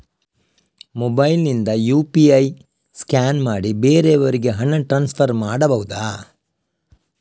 Mobile ನಿಂದ UPI scan ಮಾಡಿ ಬೇರೆಯವರಿಗೆ ಹಣ ಟ್ರಾನ್ಸ್ಫರ್ ಮಾಡಬಹುದ?